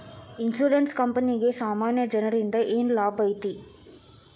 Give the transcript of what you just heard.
Insurance ಕ್ಂಪನಿಗೆ ಸಾಮಾನ್ಯ ಜನ್ರಿಂದಾ ಏನ್ ಲಾಭೈತಿ?